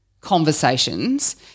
conversations